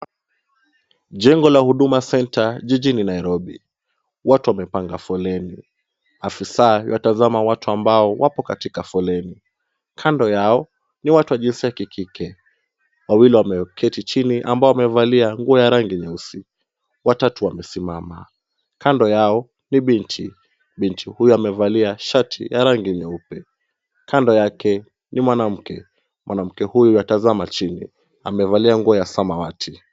Jengo la Huduma Center jijini Nairobi ,watu wamepanga foleni ,afisa yuatazama watu ambao wapo katika foleni. Kando yao ni watu wa jinsia ya kikike ,wawili wameketi chini ambao wamevalia nguo ya rangi nyeusi ,watatu wamesimama. Kando yao ni binti, binti huyo amevalia shati ya rangi nyeupe .Kando yake ni mwanamke , mwanamke huyu yuatazama chini , amevalia nguo ya samawati .